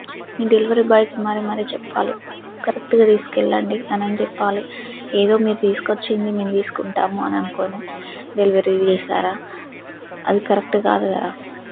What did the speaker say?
మీ delivery బాయ్కి మరీ మరీ చెప్పాలి కరెక్ట్గా తీసుకెళ్ళండి అనని చెప్పాలి ఏదో మీరు తీసుకొచ్చింది మేము తీసుకుంటాము అననుకోని డెలివరీ చేస్తారా అది కరెక్ట్ కాదు కదా